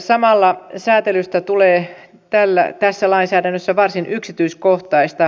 samalla säätelystä tulee tässä lainsäädännössä varsin yksityiskohtaista